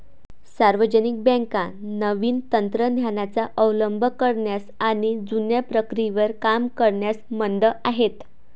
सार्वजनिक बँका नवीन तंत्र ज्ञानाचा अवलंब करण्यास आणि जुन्या प्रक्रियेवर काम करण्यास मंद आहेत